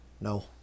No